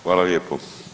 Hvala lijepo.